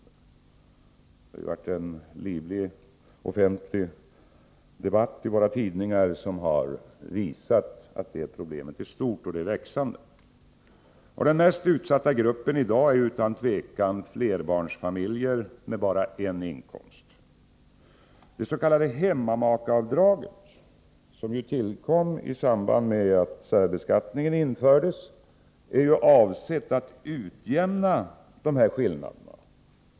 Det har ju varit en livlig offentlig debatt i våra tidningar som visat att det problemet är stort och växande. Den mest utsatta gruppen i dag är utan tvivel flerbarnsfamiljer med bara en inkomst. Det s.k. hemmamakeavdraget, som tillkom i samband med att särbeskattningen infördes, är avsett att utjämna dessa skillnader.